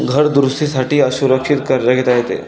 घर दुरुस्ती साठी असुरक्षित कर्ज घेता येते